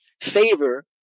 favor